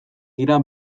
dira